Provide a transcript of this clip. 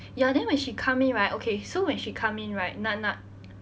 ya then when she come in right okay so when she come in right na~ na~